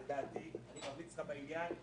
אני לא לבד, יש איתי עוד שחקנים משמעותיים.